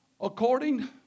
according